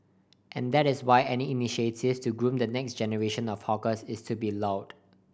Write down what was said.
and that is why any initiative to groom the next generation of hawkers is to be lauded